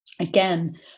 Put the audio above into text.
Again